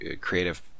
creative